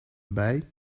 bij